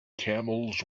camels